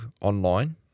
online